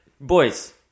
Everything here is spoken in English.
boys